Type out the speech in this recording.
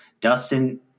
Dustin